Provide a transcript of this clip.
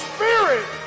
Spirit